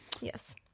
yes